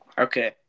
Okay